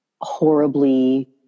horribly